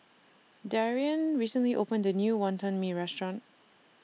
Darrien recently opened A New Wantan Mee Restaurant